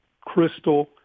crystal